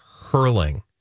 hurling